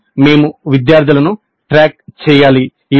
అప్పుడు మేము విద్యార్థులను ట్రాక్ చేయాలి